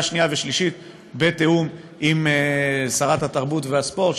שנייה ושלישית בתיאום עם שרת התרבות והספורט,